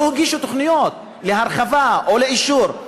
לא הגישו תוכניות להרחבה או לאישור.